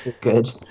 Good